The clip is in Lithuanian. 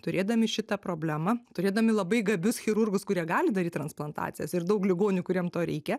turėdami šitą problemą turėdami labai gabius chirurgus kurie gali daryt transplantacijas ir daug ligonių kuriem to reikia